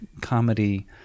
comedy